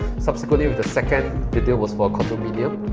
subsequently with the second video was for a condominium.